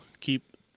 keep